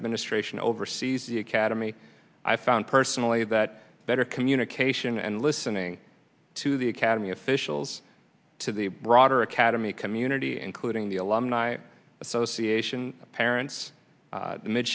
administration oversees the academy i found personally that better communication and listening to the academy officials to the broader academy community including the alumni association parents